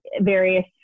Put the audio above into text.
various